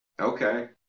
Okay